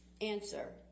Answer